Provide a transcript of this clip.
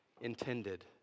intended